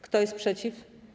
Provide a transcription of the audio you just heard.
Kto jest przeciw?